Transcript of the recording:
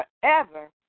forever